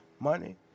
Money